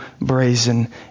brazen